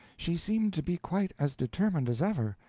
she seemed to be quite as determined as ever,